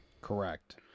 Correct